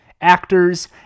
actors